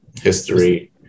history